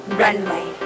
runway